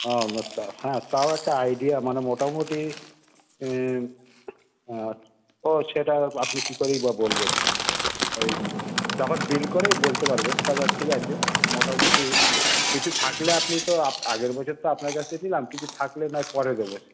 ওহ হ্যাঁ তাও একটা আইডিয়া মানে মোটামুটি আচ্ছা ওহ সেটা আপনি কী করেই বা বলবেন ঐ তখন বিল করেই বলতে পারবেন তবে ঠিক আছে মোটামুটি কিছু থাকলে আপনি তো আগের বছর তো আপনার কাছ থেকে নিলাম কিছু থাকলে নয় পরে দেবো